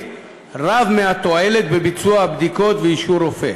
רב מהתועלת שבביצוע הבדיקות ואישור רופא.